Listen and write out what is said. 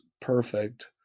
perfect